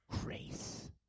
grace